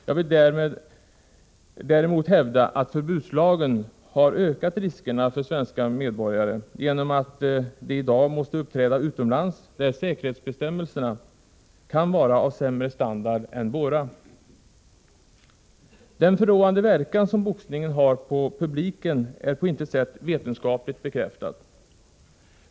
Jag vill däremot hävda att förbudslagen har ökat riskerna för svenska medborgare på grund av att boxarna i dag måste uppträda utomlands där säkerhetsbestämmelserna kan vara av sämre standard än våra. Den förråande verkan som boxningen sägs ha på publiken är på intet sätt vetenskapligt bekräftad.